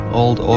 old